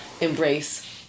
embrace